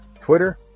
Twitter